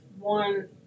One